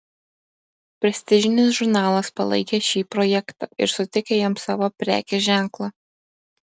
prestižinis žurnalas palaikė šį projektą ir suteikė jam savo prekės ženklą